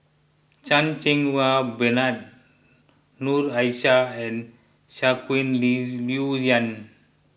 Chan Cheng Wah Bernard Noor Aishah and Shangguan Liuyun